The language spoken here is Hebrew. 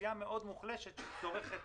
לאוכלוסייה מוחלשת מאוד שצורכת